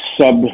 sub